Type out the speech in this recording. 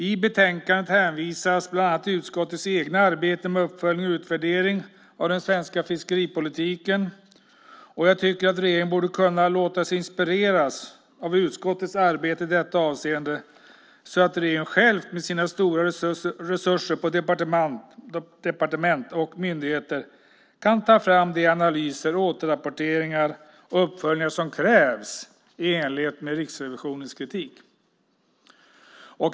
I betänkandet hänvisas bland annat till utskottets eget arbete med uppföljning och utvärdering av den svenska fiskeripolitiken. Jag tycker att regeringen borde kunna låta sig inspireras av utskottets arbete i detta avseende, så att regeringen själv med sina stora resurser på departement och hos myndigheter kan ta fram de analyser, återrapporteringar och uppföljningar som krävs i enlighet med Riksrevisionens kritik.